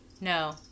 No